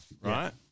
right